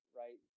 right